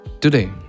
Today